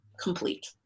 complete